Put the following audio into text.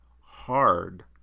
hard